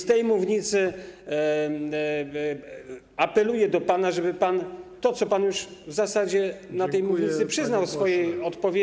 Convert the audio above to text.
Z tej mównicy apeluję do pana, żeby pan to, co pan już w zasadzie na tej mównicy przyznał w swojej odpowiedzi.